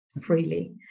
freely